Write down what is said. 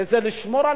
איזה לשמור על